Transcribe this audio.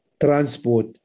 transport